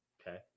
okay